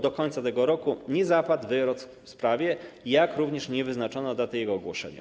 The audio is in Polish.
Do końca tego roku nie zapadł wyrok w sprawie, jak również nie wyznaczono daty jego ogłoszenia.